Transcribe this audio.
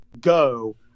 go